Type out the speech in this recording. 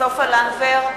סופה לנדבר,